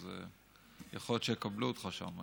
אז יכול להיות שיקבלו אותך שם.